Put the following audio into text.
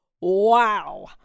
Wow